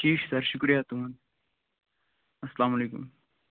ٹھیٖک چھُ سر شُکریہ تُہُنٛد اَسَلام علیکُم